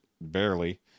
barely